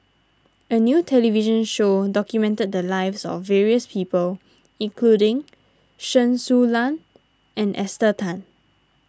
a new television show documented the lives of various people including Chen Su Lan and Esther Tan